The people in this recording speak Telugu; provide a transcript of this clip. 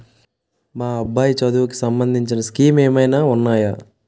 మా అబ్బాయి చదువుకి సంబందించిన స్కీమ్స్ ఏమైనా ఉన్నాయా?